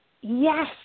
Yes